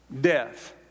Death